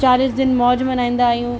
चालीस दिन मौज मल्हाईंदा आहियूं